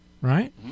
right